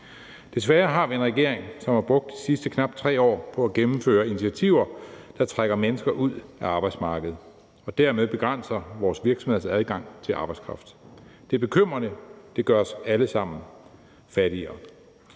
Desværre har vi en regering, som har brugt de sidste knap 3 år på at gennemføre initiativer, der trækker mennesker ud af arbejdsmarkedet og dermed begrænser vores virksomheders adgang til arbejdskraft. Det er bekymrende. Det gør os alle sammen fattigere.